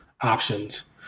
options